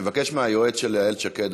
אני מבקש מהיועץ של איילת שקד,